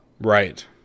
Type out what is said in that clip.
Right